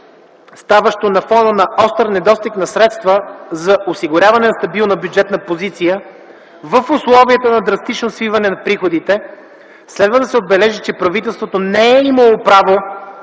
става на фона на остър недостиг на средства за осигуряване на стабилна бюджетна позиция в условията на драстично свиване на приходите, следва да се отбележи, че правителството не е имало право